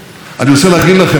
הם מתפעלים,